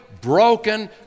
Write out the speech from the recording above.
broken